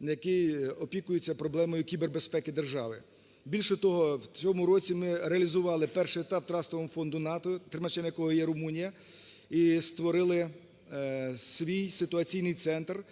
який опікується проблемою кібербезпеки держави. Більше того, в цьому році ми реалізували перший етап Трастового фонду НАТО, тримачем якого є Румунія, і створили свій ситуаційний центр,